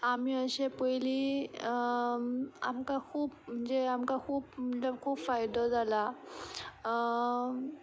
आमी अशे पयलीं आमकां खूब म्हणजे आमकां खूब म्हणल्या खूब फायदो जाला